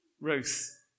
Ruth